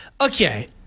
Okay